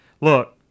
Look